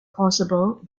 possible